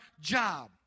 job